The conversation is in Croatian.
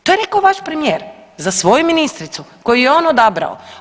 To je rekao vaš premijer za svoju ministricu koju je on odabrao.